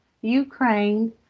Ukraine